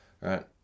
right